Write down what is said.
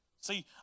See